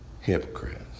Hypocrites